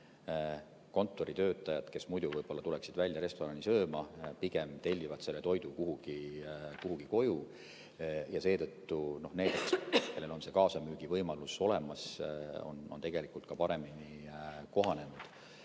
kontoritöötajad, kes muidu võib-olla tuleksid välja restorani sööma, pigem tellivad toidu koju ja seetõttu need, kellel on kaasamüügi võimalus olemas, on tegelikult ka paremini kohanenud.